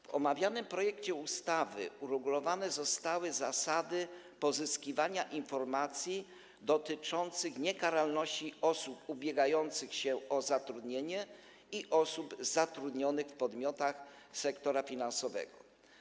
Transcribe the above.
W omawianym projekcie ustawy uregulowane zostały zasady pozyskiwania informacji dotyczących niekaralności osób ubiegających się o zatrudnienie i osób zatrudnionych w podmiotach sektora finansowego.